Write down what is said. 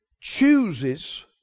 chooses